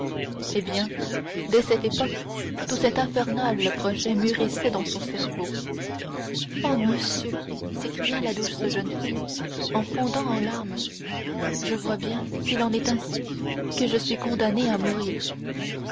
eh bien dès cette époque tout cet infernal projet mûrissait dans son cerveau oh monsieur s'écria la douce jeune fille en fondant en larmes je vois bien s'il en est ainsi que je suis condamnée à mourir